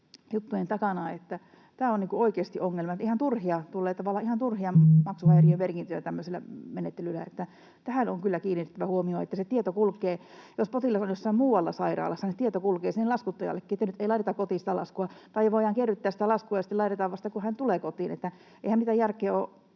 Tämä on oikeasti ongelma, että tulee tavallaan ihan turhia maksuhäiriömerkintöjä tämmöisellä menettelyllä. Tähän on kyllä kiinnitettävä huomiota, että se tieto kulkee, jos potilas on jossain muualla sairaalassa, se tieto kulkee sinne laskuttajallekin, että nyt ei laiteta kotiin sitä laskua tai voida kerryttää sitä laskua ja laittaa vasta sitten, kun hän tulee kotiin.